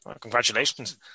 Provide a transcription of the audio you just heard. congratulations